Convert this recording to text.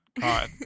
God